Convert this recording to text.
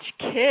kids